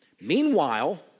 Meanwhile